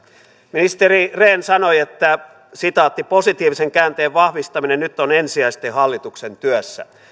ministeri rehn sanoi että positiivisen käänteen vahvistaminen nyt on ensisijaista hallituksen työssä